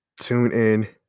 TuneIn